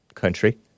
country